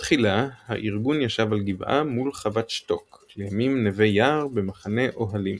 בתחילה הארגון ישב על גבעה מול חוות שטוק לימים נווה יער במחנה אוהלים.